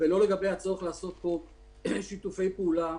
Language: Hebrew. ולא לגבי הצורך לעשות פה שיתופי פעולה